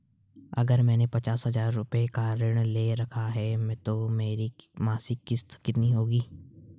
अगर मैंने पचास हज़ार रूपये का ऋण ले रखा है तो मेरी मासिक किश्त कितनी होगी?